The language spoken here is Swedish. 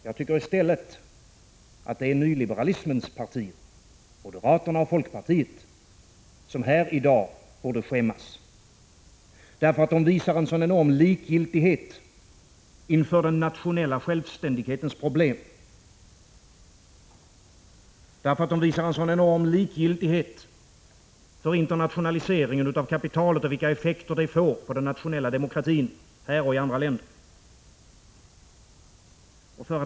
Jag tycker i stället att det är nyliberalismens partier, moderaterna och folkpartiet, som här i dag borde skämmas, därför att de visar en så enorm likgiltighet inför den nationella självständighetens problem. De visar en enorm likgiltighet för internationaliseringen av kapitalet och vilka effekter som den får på den nationella demokratin här och i andra länder.